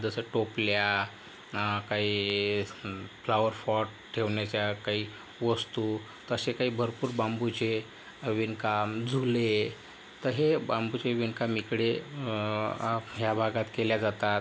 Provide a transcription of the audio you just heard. जसं टोपल्या काही फ्लॉवरपॉट ठेवण्याच्या काही वस्तू तसे काही भरपूर बांबूचे विणकाम झुले तर हे बांबूचे विणकाम इकडे ह्या भागात केल्या जातात